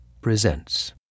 presents